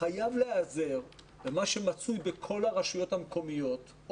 חייב להיעזר במה שמצוי בכל הרשויות המקומיות,